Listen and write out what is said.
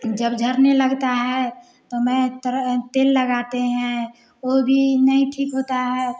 जब झड़ने लगता है तो मैं तरह तेल लगाते हैं वो भी नहीं ठीक होता है